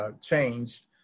changed